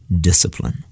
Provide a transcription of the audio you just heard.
discipline